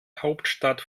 hauptstadt